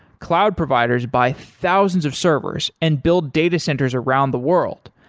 cloud providers buy thousands of servers and build data centers around the world.